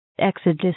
Exodus